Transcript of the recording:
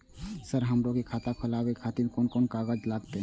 Sir हमरो के खाता खोलावे के खातिर कोन कोन कागज लागते?